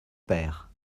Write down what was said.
père